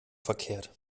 verkehrt